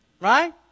right